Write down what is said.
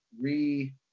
re